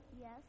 Yes